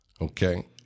okay